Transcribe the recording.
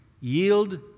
Yield